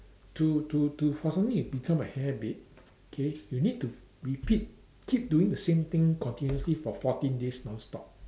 to to to for something to become a habit okay you need to repeat keep doing the same thing continuously for fourteen days non stop